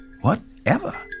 Whatever